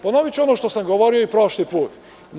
Ponoviću ono što sam govorio i prošli put.